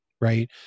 right